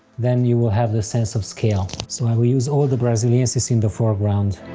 then you will have the sense of scale. so i will use all the brasiliensis in the foreground.